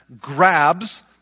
grabs